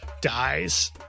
dies